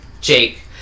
Jake